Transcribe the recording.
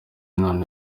none